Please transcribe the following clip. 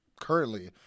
currently